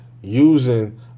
Using